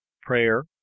Prayer